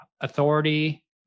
Authority